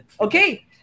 Okay